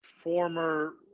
former